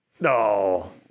No